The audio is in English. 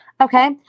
Okay